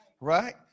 Right